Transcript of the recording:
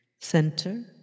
center